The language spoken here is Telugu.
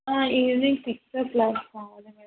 ఈవినింగ్ సిక్స్ ఓ క్లాక్కి కావాలి మేడం